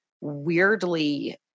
weirdly